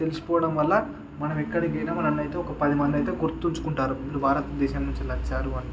తెలిసిపోవడం వల్ల మనం ఎక్కడికి పోయినాం అనయితే ఒక పదిమందైతే గుర్తుంచుకుంటారు వీళ్ళు భారతదేశం నుంచి వీళ్ళు వచ్చారు అని